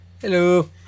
Hello